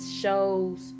shows